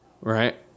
Right